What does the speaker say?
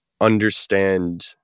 understand